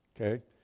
Okay